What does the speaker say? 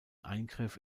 eingriff